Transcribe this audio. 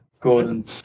Gordon